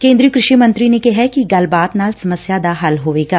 ਕੇ ਦਰ ਕ੍ਸ਼ੀ ਮੰਤਰੀ ਨੇ ਕਿਹੈ ਕਿ ਗਲਬਾਤ ਨਾਲ ਸਮਸਿਆ ਦਾ ਹੱਲ ਹੋਵੇਗਾ